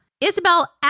Isabel